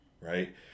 right